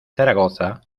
zaragoza